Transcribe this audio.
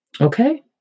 Okay